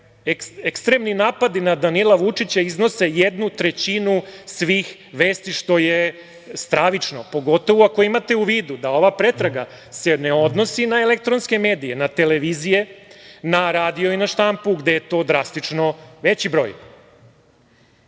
ekstremni napadi na Danila Vučića iznose jednu trećinu svih vesti, što je stravično, pogotovo ako imate u vidu da se ova pretraga ne odnosi na elektronske medije, na televizije, na radio i na štampu gde je to drastično veći broj.